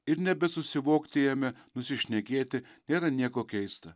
ir nebesusivokti ėmė nusišnekėti yra nieko keista